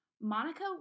Monica